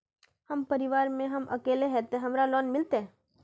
हम परिवार में हम अकेले है ते हमरा लोन मिलते?